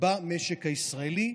במשק הישראלי.